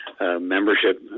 membership